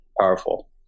powerful